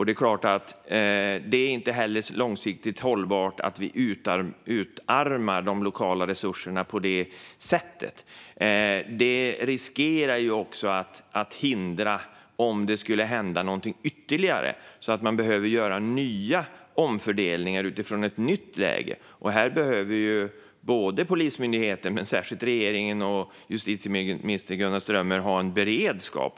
Det är klart att det inte är långsiktigt hållbart att vi utarmar de lokala resurserna på det sättet. Det riskerar också att vara ett hinder om det skulle hända någonting ytterligare, då man skulle behöva göra nya omfördelningar utifrån ett nytt läge. Här behöver Polismyndigheten och särskilt regeringen och justitieminister Gunnar Strömmer ha en beredskap.